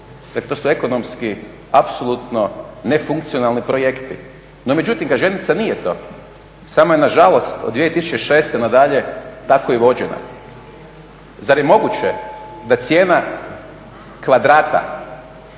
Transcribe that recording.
Dakle, to su ekonomski apsolutno nefunkcionalni projekti. No međutim, Gaženica nije to. Samo je nažalost od 2006. nadalje tako i vođena. Zar je moguće da cijena kvadrata